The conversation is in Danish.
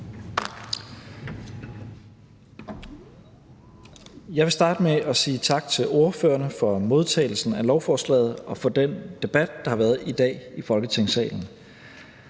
Jeg vil starte med at sige tak til ordførerne for modtagelsen af lovforslaget og for den debat, der har været i dag i Folketingssalen.